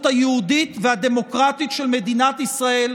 היהודית והדמוקרטית של מדינת ישראל,